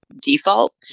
default